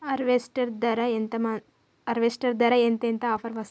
Harvester ధర ఎంత ఎంత ఆఫర్ వస్తుంది?